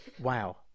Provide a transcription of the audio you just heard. wow